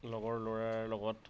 লগৰ ল'ৰাৰ লগত